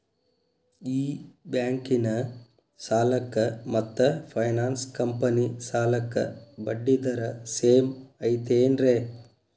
ಈ ಬ್ಯಾಂಕಿನ ಸಾಲಕ್ಕ ಮತ್ತ ಫೈನಾನ್ಸ್ ಕಂಪನಿ ಸಾಲಕ್ಕ ಬಡ್ಡಿ ದರ ಸೇಮ್ ಐತೇನ್ರೇ?